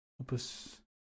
opus